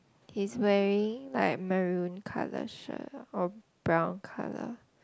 he's wearing like maroon colour shirt or brown colour